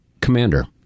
commander